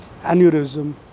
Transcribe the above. Aneurysm